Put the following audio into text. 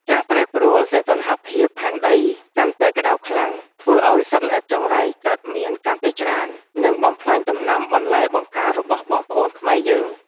ការប្រែប្រួលសីតុណ្ហភាពផែនដីកាន់តែក្តៅខ្លាំងធ្វើឱ្យសត្វល្អិតចង្រៃកើតមានកាន់តែច្រើន និងបំផ្លាញដំណាំបន្លែបង្ការរបស់បងប្អូនខ្មែរយើង។